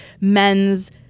men's